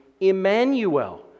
Emmanuel